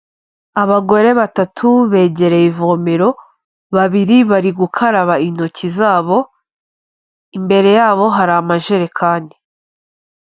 Abagore batatu begereye ivomero, babiri bari gukaraba intoki zabo imbere yabo hari amajerekani.